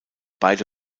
beide